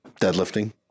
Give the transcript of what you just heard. Deadlifting